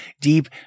deep